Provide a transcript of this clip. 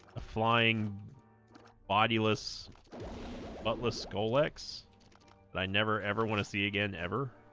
a flying bodyless buttless scolex but i never ever want to see again ever